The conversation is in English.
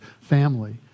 family